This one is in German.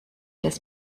das